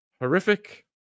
horrific